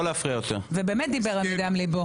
הוא באמת דיבר מדם ליבו.